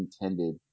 intended